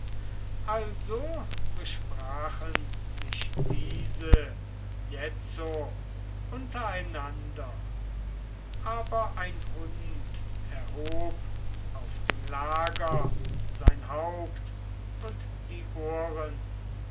also besprachen diese sich jetzo untereinander aber ein hund erhob auf dem lager sein haupt und die ohren